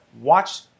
Watch